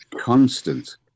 constant